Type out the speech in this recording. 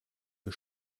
für